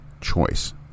choice